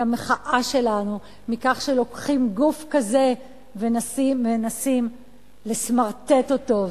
את המחאה שלנו על כך שלוקחים גוף כזה ומנסים לסמרטט אותו,